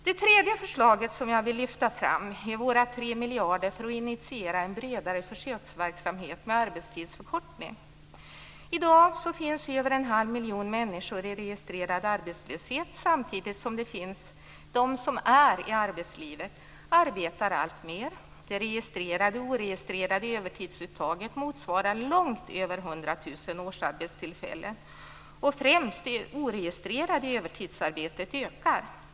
Det tredje förslaget som jag vill lyfta fram är våra 3 miljarder för att initiera en bredare försöksverksamhet med arbetstidsförkortning. I dag är mer än en halv miljon människor registrerade som arbetslösa, samtidigt som de som finns i arbetslivet arbetar alltmer. Både det registrerade och det oregistrerade övertidsuttaget motsvarar långt över 100 000 årsarbetstillfällen. Framför allt ökar det oregistrerade övertidsarbetet.